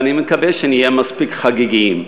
ואני מקווה שנהיה מספיק חגיגיים.